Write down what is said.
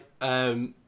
right